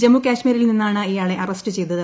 ജമ്മുകാശ്മീരിൽ നിന്നാണ് ഇയാളെ അറസ്റ്റു ചെയ്തത്